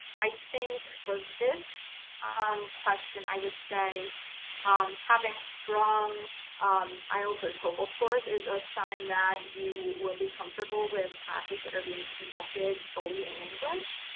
i think for this um question, i would say having strong um ielts or toefl scores is a sign that you will be comfortable with classes that are being conducted fully in english.